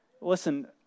Listen